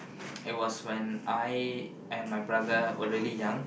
I was when I and my brother were really young